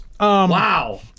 Wow